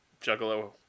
Juggalo